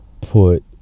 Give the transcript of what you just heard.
put